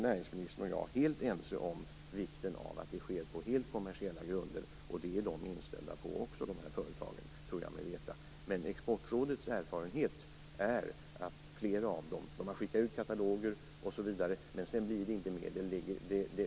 Näringsministern och jag är helt ense om vikten av att detta sker helt på kommersiella grunder, och det är också dessa företag helt inställda på, tror jag mig veta. Exportrådet har skickat ut kataloger osv., men sedan blir det inte mera.